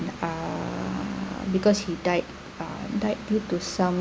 uh because he died uh died due to some